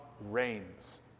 reigns